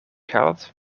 gehaald